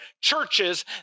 churches